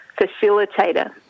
facilitator